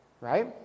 right